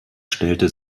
stellte